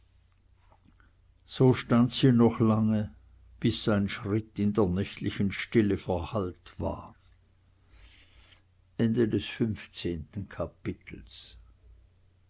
so stand sie noch lange bis sein schritt in der nächtlichen stille verhallt war